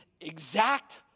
exact